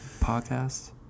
podcast